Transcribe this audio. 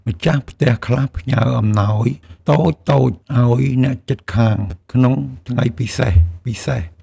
ម្ចាស់ផ្ទះខ្លះផ្ញើអំណោយតូចៗឱ្យអ្នកជិតខាងក្នុងថ្ងៃពិសេសៗ។